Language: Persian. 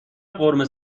قورمه